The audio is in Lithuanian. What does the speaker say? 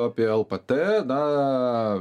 apie lpt na